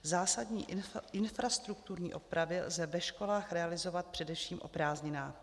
Zásadní infrastrukturní opravy lze ve školách realizovat především o prázdninách.